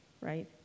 Right